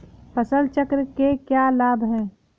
फसल चक्र के क्या लाभ हैं?